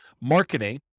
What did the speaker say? marketing